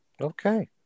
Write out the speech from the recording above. Okay